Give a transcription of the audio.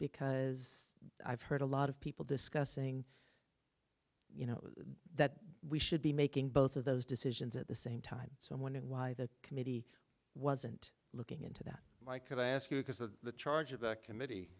because i've heard a lot of people discussing you know that we should be making both of those decisions at the same time so i'm wondering why the committee wasn't looking into that i could ask you because the charge of the committee